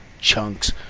chunks